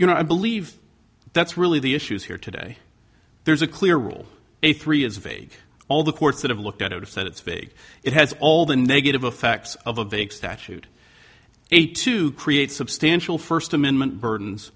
you know i believe that's really the issues here today there's a clear rule a three is vague all the courts that have looked at it said it's vague it has all the negative affects of a vague statute eight to create substantial first amendment burdens